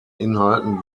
inhalten